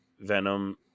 Venom